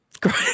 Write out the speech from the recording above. Great